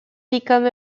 become